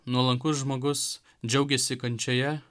nuolankus žmogus džiaugiasi kančioje